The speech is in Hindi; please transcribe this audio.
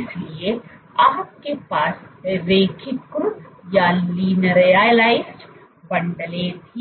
इसलिए आपके पास रैखिककृत बंडलों थे